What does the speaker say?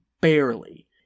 barely